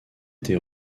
été